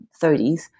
30s